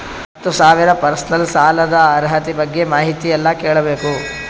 ಹತ್ತು ಸಾವಿರ ಪರ್ಸನಲ್ ಸಾಲದ ಅರ್ಹತಿ ಬಗ್ಗೆ ಮಾಹಿತಿ ಎಲ್ಲ ಕೇಳಬೇಕು?